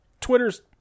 twitter's